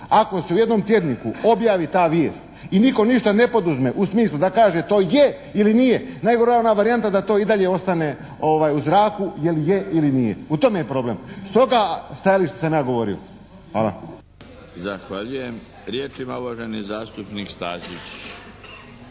Ako se u jednom tjedniku objavi ta vijest i nitko ništa ne poduzme u smislu da kaže to je ili nije nego ona varijanta da to i dalje ostane u zraku je li je ili nije? U tome je problem. S toga stajališta sam ja govorio. Hvala. **Milinović, Darko (HDZ)** Zahvaljujem. Riječ ima uvaženi zastupnik Stazić.